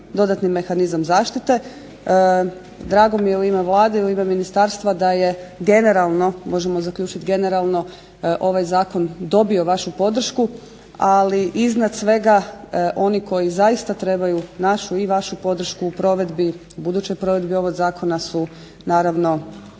dodatni mehanizam zaštite. Drago mi je u ime Vlade i u ime ministarstva da je generalno, možemo zaključit generalno ovaj zakon dobio vašu podršku ali iznad svega oni koji zaista trebaju našu i vašu podršku u budućoj provedbi ovog zakona su naravno